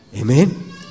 Amen